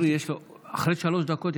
אחרי שלוש דקות,